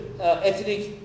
ethnic